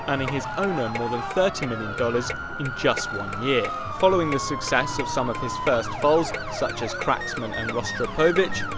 ah earning his owner more than thirty million dollars in just one year. following the success of some of his first foals such as cracksman and rostropovich,